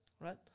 right